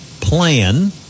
plan